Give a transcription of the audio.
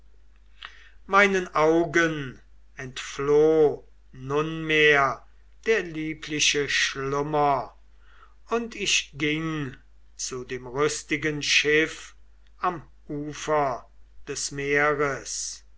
meinen augen entfloh nunmehr der liebliche schlummer und ich ging zu dem rüstigen schiff am ufer des meeres